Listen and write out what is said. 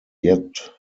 yet